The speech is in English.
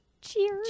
Cheers